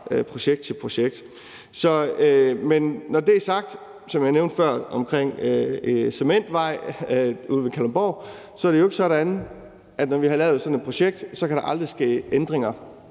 projekt til projekt. Men når det er sagt, er det jo ikke sådan – som jeg nævnte før omkring Cementvej ude ved Kalundborg – at når vi har lavet sådan et projekt, kan der aldrig ske ændringer.